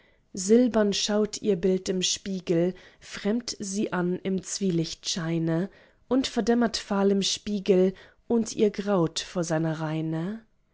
silbern schaut ihr bild im spiegel fremd sie an im zwielichtscheine und verdämmert fahl im spiegel und ihr graut vor seiner reine